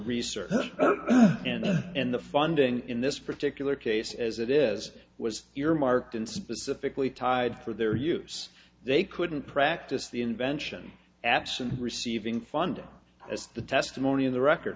research and in the funding in this particular case as it is was earmarked and specifically tied for their use they couldn't practice the invention absent receiving funding as the testimony in the record